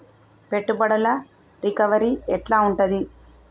పెట్టుబడుల రికవరీ ఎట్ల ఉంటది?